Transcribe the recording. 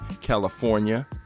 california